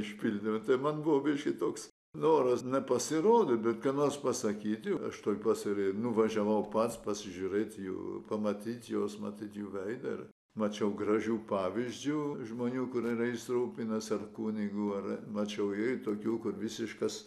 išpildėme tai man buvo biškį toks noras ne pasirodyti bet ką nors pasakyti aš toj pas ir nuvažiavau pats pasižiūrėti jų pamatyti juos matyt jų veidą mačiau gražių pavyzdžių žmonių kuriais rūpinasi ar kunigų ar mačiau ir tokių kur visiškas